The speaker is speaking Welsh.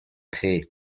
chi